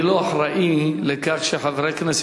אני לא אחראי לכך שחברי כנסת,